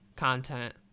content